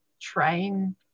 train